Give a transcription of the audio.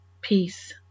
peace